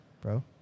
bro